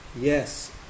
Yes